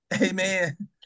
Amen